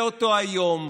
באותו היום,